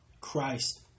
Christ